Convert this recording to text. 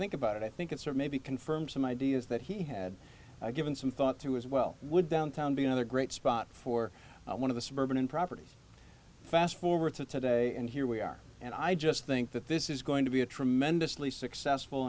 think about it i think it's or maybe confirm some ideas that he had given some thought through as well would downtown be another great spot for one of the suburban properties fast forward to today and here we are and i just think that this is going to be a tremendously successful